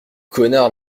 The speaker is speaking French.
connard